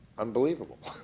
unbelievable.